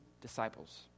disciples